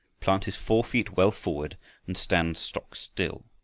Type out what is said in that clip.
plant his fore feet well forward and stand stock still.